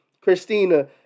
Christina